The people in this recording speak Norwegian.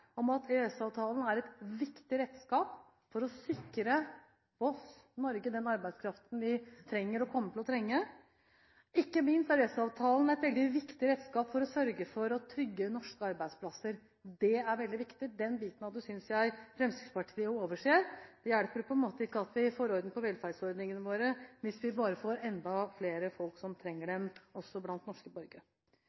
om at EØS-avtalen er et viktig redskap for å sikre oss, Norge, den arbeidskraften vi trenger og kommer til å trenge. Ikke minst er EØS-avtalen et veldig viktig redskap for å sørge for å trygge norske arbeidsplasser. Det er veldig viktig. Den biten av det synes jeg Fremskrittspartiet overser. Det hjelper på en måte ikke at vi får orden på velferdsordningene våre, hvis vi bare får enda flere folk som trenger